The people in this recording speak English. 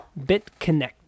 BitConnect